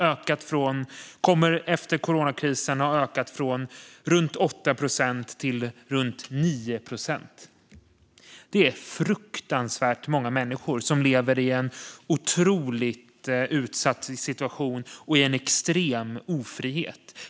Siffran kommer efter coronakrisen att ha ökat från runt 8 till runt 9 procent. Det är fruktansvärt många människor som lever i en otroligt utsatt situation och en extrem ofrihet.